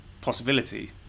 possibility